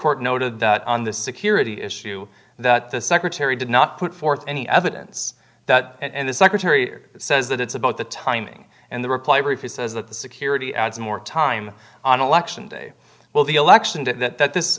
court noted that on the security issue that the secretary did not put forth any evidence that and the secretary says that it's about the timing and the reply brief he says that the security adds more time on election day well the election that th